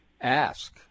ask